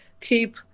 keep